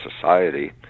society